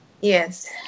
yes